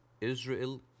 israel